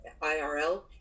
IRL